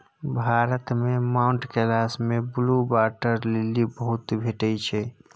भारत मे माउंट कैलाश मे blue water lily बहुत भेटै छै